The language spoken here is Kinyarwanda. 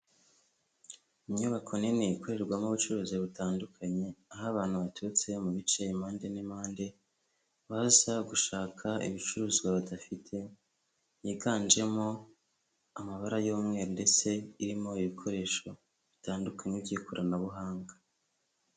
Inyubako nini ikorerwamo ubucuruzi butandukanye, aho abantu baturutse mu bice impande n'impande, baza gushaka ibicuruzwa badafite yiganjemo amabara y'umweru ndetse irimo ibikoresho bitandukanye by'ikoranabuhanga.